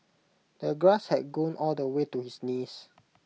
the grass had grown all the way to his knees